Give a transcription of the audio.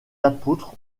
apôtres